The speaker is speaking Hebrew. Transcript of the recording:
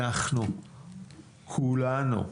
אנחנו כולנו מצווים.